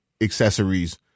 accessories